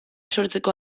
sortzeko